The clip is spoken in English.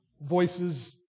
voices